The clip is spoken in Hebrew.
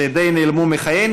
שדי נעלמו מחיינו.